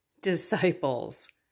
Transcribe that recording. disciples